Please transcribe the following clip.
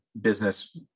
business